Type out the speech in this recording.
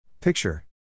Picture